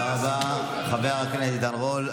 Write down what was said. לא, לא, לא, תודה רבה, חבר הכנסת עידן רול.